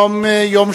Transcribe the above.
היום